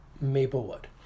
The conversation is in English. Maplewood